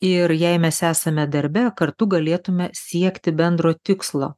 ir jei mes esame darbe kartu galėtume siekti bendro tikslo